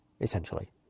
essentially